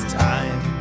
time